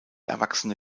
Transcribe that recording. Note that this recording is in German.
erwachsene